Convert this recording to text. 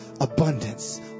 abundance